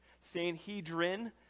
Sanhedrin